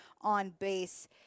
on-base